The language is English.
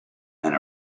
and